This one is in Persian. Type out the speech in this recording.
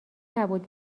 نبود